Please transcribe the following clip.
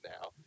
now